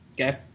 Okay